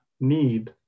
need